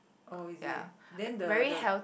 oh is it then the the